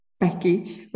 package